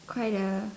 quite a